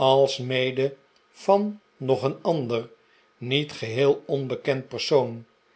alsmede van nog een ander niet geheel onbekend persoon